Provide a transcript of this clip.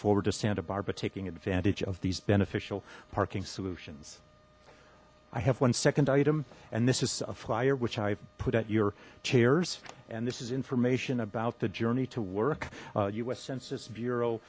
forward to santa barbra taking advantage of these beneficial parking solutions i have one second item and this is a flyer which i put at your chairs and this is information about the journey to work us census bureau